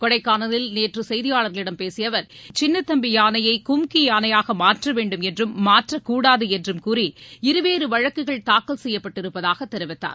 கொடைக்கானலில் நேற்று செய்தியாளர்களிடம் பேசிய அவர் சின்னத்தம்பி யானையை கும்கி யானையாக மாற்ற வேண்டும் என்றும் மாற்றக்கூடாது என்றும் கூறி இருவேறு வழக்குகள் தாக்கல் செய்யப்பட்டுருப்பதாக தெரிவித்தார்